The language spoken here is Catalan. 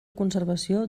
conservació